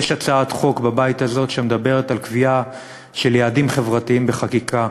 יש הצעת חוק בבית הזה שמדברת על קביעה של יעדים חברתיים בחקיקה,